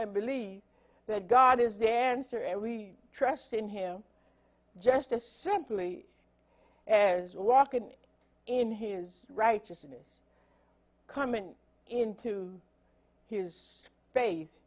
and believe that god is dancer and we trust in him just as simply as walking in his right jason is coming into his face